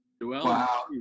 Wow